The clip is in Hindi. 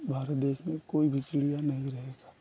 भारत देश में कोई भी चिड़िया नहीं रहेगी